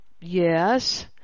Yes